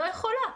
לא יכולה.